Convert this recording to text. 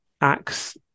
acts